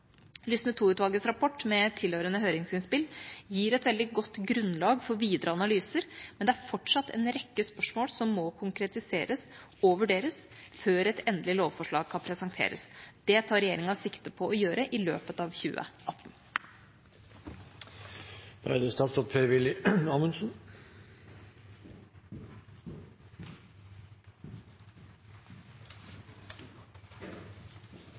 Lysne II-utvalgets rapport med tilhørende høringsinnspill gir et veldig godt grunnlag for videre analyser, men det er fortsatt en rekke spørsmål som må konkretiseres og vurderes før et endelig lovforslag kan presenteres. Det tar regjeringa sikte på å gjøre i løpet av 2018.